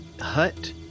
Hut